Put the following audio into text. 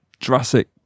Jurassic